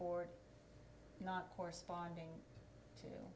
or not corresponding